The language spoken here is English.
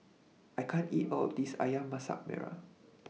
I can't eat All of This Ayam Masak Merah